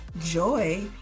joy